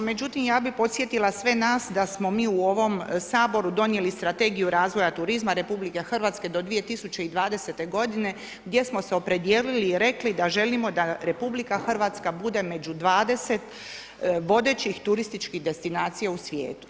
Međutim, ja bih podsjetila sve nas da smo mi u ovom Saboru donijeli strategiju razvoja turizma RH do 2020. godine gdje smo se opredijelili i rekli da želimo da RH bude među 20 vodećih turističkih destinacija u svijetu.